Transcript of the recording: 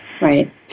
Right